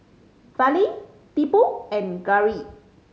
Fali Tipu and Gauri